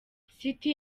city